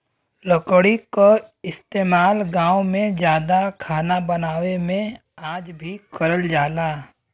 लकड़ी क इस्तेमाल गांव में जादा खाना बनावे में आज भी करल जाला